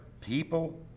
people